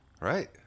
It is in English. right